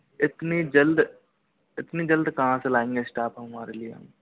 इतनी जल्द इतनी जल्द कहाँ से लाएंगे स्टाफ हमारे लिए